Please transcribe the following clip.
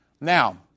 now